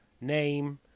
name